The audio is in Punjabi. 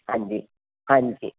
ਹਾਂਜੀ ਹਾਂਜੀ